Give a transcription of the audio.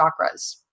chakras